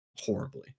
horribly